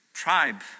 tribe